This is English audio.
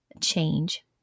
change